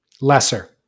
Lesser